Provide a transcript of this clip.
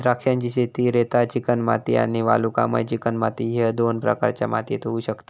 द्राक्षांची शेती रेताळ चिकणमाती आणि वालुकामय चिकणमाती ह्य दोन प्रकारच्या मातीयेत होऊ शकता